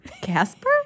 Casper